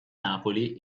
napoli